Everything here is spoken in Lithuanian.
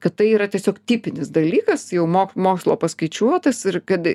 kad tai yra tiesiog tipinis dalykas jau mok mokslo paskaičiuotas ir kad